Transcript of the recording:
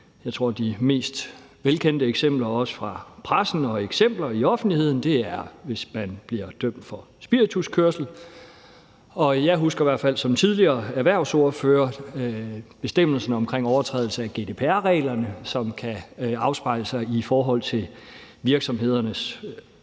Jeg tror, at et af de mest velkendte eksempler fra pressen og i offentligheden er, hvis man bliver dømt for spirituskørsel. Jeg husker i hvert fald som tidligere erhvervsordfører bestemmelsen om overtrædelse af GDPR-reglerne, hvor bøden kan stå i forhold til virksomhedernes omsætning.